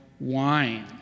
wine